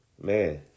Man